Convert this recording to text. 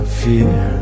fear